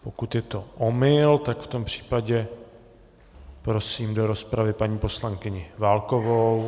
Pokud je to omyl, tak v tom případě prosím do rozpravy paní poslankyni Válkovou.